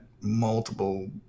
multiple